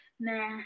Nah